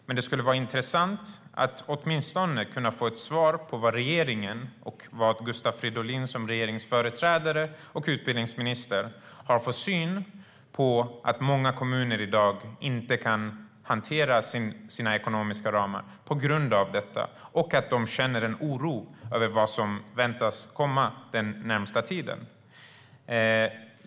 Men det skulle vara intressant att åtminstone få ett svar på vad regeringen och Gustav Fridolin, som regeringsföreträdare och utbildningsminister, har för syn på att många kommuner i dag inte kan hantera sina ekonomiska ramar på grund av detta och att de känner en oro över vad som väntas komma den närmaste tiden.